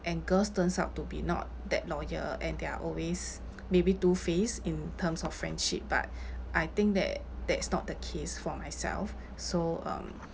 and girls turns out to be not that loyal and they're always maybe two-faced in terms of friendship but I think that that is not the case for myself so um